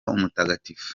umutagatifu